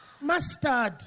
mustard